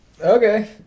Okay